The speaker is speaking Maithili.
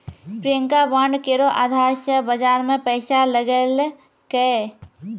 प्रियंका बांड केरो अधार से बाजार मे पैसा लगैलकै